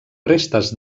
restes